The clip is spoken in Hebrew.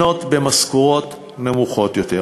מתאפיינות במשכורות נמוכות יותר.